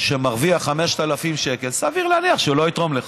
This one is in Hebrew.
שמרוויח 5,000 שקל, סביר להניח שלא יתרום לך,